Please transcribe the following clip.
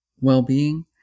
well-being